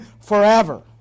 forever